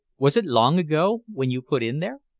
was it long ago when you put in there?